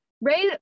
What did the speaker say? Ray